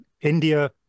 india